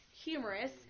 humorous